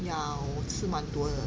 ya 我吃蛮多的